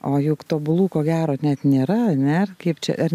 o juk tobulų ko gero net nėra ne kaip čia ar